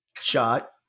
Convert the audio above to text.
shot